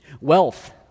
wealth